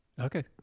Okay